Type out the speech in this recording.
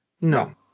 No